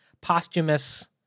posthumous